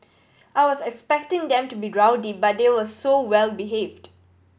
I was expecting them to be rowdy but they were so well behaved